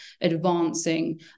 advancing